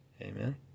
Amen